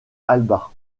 alba